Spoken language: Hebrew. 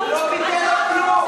הוא עוד לא ביטל כלום.